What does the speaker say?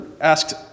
asked